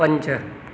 पंज